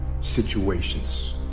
situations